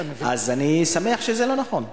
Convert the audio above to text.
אז אני שמח שזה לא נכון.